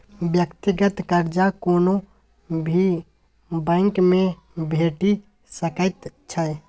व्यक्तिगत कर्जा कोनो भी बैंकमे भेटि सकैत छै